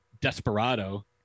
Desperado